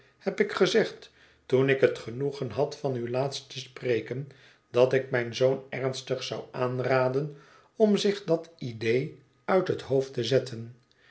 heb ik gezegd toen ik het genoegen had van u laatst te spreken dat ik mijn zoon ernstig zou aanraden om zich dat idee uit het hoofd te zetten